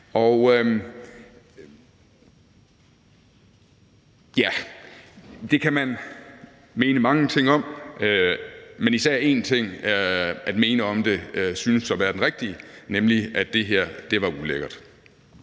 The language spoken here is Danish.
Det kan man mene mange ting om, men især en ting at mene om det synes at være den rigtige, nemlig at det her var ulækkert.